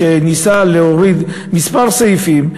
כשניסה להוריד כמה סעיפים,